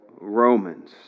Romans